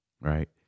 right